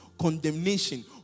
condemnation